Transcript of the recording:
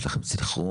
יש לכם סנכרון?